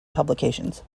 publications